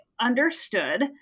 understood